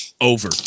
Over